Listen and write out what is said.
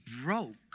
broke